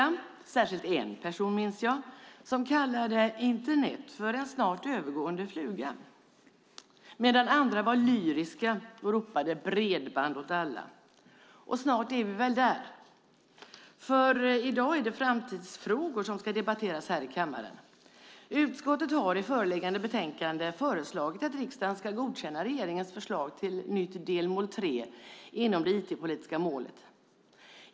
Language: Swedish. Jag minns särskilt en person, som kallade Internet för en snart övergående fluga. Andra var lyriska och ropade: Bredband åt alla! Och snart är vi väl där. I dag är det framtidsfrågor som ska debatteras här i kammaren. Utskottet har i föreliggande betänkande föreslagit att riksdagen ska godkänna regeringens förslag till ett nytt delmål 3 inom det IT-politiska målet.